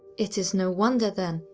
it is no wonder, then,